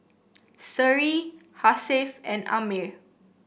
Seri Hasif and Ammir